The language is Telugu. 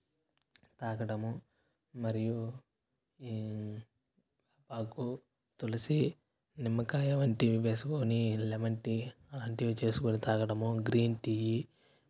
తాగడము మరియు ఆకు తులసి నిమ్మకాయ వంటివి వేసుకొని లెమన్ టీ అలాంటివి చేసుకొని తాగడము గ్రీన్ టీయి